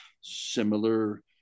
similar